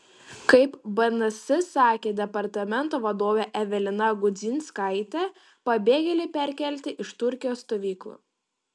kaip bns sakė departamento vadovė evelina gudzinskaitė pabėgėliai perkelti iš turkijos stovyklų